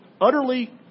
Utterly